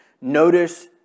notice